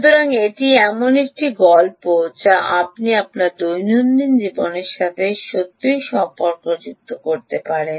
সুতরাং এটি এমন একটি গল্প যা আপনি আপনার দৈনন্দিন জীবনের সাথে সত্যই সম্পর্কযুক্ত করতে পারেন